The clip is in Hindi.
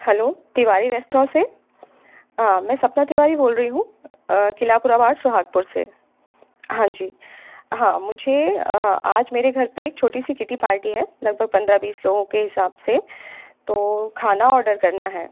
हैलो तिवारी रेस्तरां से मैं सपना तिवारी बोल रही हूँ किला कुरा वार्ड सुहागपुर से हाँ जी हाँ मुझे आज मेरे घर पर एक छोटी सी किट्टी पार्टी है लगभग पंद्रह बीस लोगों के हिसाब से तो खाना ऑर्डर करना है